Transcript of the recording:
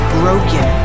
broken